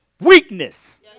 weakness